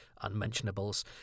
unmentionables